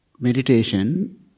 meditation